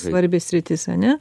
svarbi sritis ane